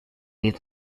leave